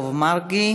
יעקב מרגי